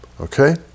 Okay